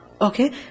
Okay